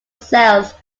cells